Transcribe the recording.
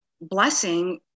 blessing